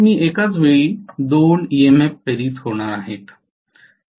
तर मी एकाच वेळी दोन ईएमएफ इंड्यूज्ड होणार आहे